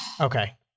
Okay